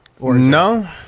No